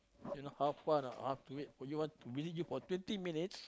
you know how far a not !huh! to wait for you one to visit you for twenty minutes